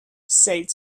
said